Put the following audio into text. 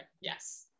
yes